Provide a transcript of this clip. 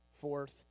Fourth